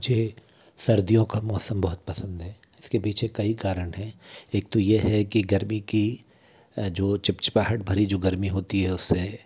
मुझे सर्दियों का मौसम बहुत पसंद है जिसके पीछे कई कारण हैं एक तो ये है कि गर्मी की जो चिपचिपाहट भरी जो गर्मी होती है उससे